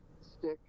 stick